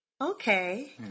Okay